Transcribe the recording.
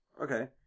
Okay